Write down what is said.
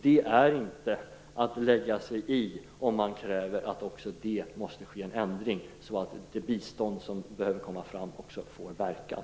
Det är inte att lägga sig i om man kräver att det måste ske en ändring så att det bistånd som behöver komma fram också får verkan.